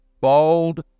Bold